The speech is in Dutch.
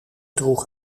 droeg